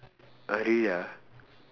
early ah